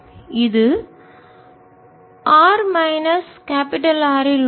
இது r minus R இல் உள்ளது